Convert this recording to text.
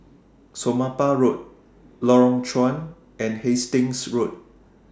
Somapah Road Lorong Chuan and Hastings Road